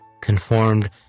conformed